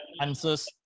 answers